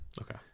Okay